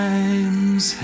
Times